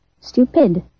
stupid